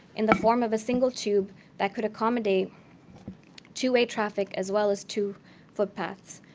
in the form of a single tube that could accommodate two-way traffic as well as two footpaths.